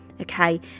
Okay